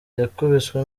yakubiswe